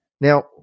Now